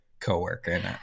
coworker